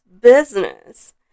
business